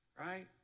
right